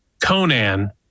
Conan